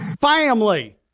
Family